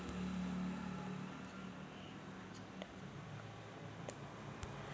संत्रे विकाचे हाये, पन संत्र्याचा रंग हिरवाच हाये, त का कराच पायजे?